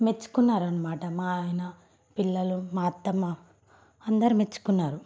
మెచ్చుకున్నారు అన్నమాట మా ఆయన పిల్లలు మా అత్తమ్మ అందరు మెచ్చుకున్నారు